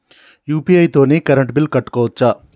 UPI తోని current bill కట్టుకోవచ్ఛా?